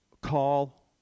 call